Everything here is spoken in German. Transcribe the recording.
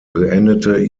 beendete